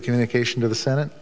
to communication to the senate